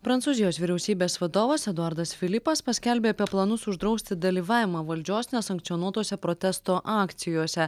prancūzijos vyriausybės vadovas eduardas filipas paskelbė apie planus uždrausti dalyvavimą valdžios nesankcionuotose protesto akcijose